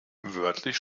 wörtlich